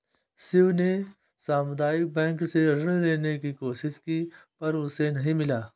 शिव ने सामुदायिक बैंक से ऋण लेने की कोशिश की पर उसे नही मिला